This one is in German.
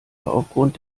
aufgrund